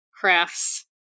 crafts